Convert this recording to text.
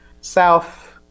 South